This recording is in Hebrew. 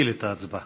נפעיל את ההצבעה.